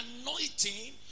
anointing